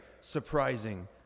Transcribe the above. surprising